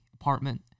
apartment